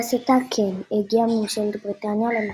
בעשותה כן הגיעה ממשלת בריטניה למסקנה,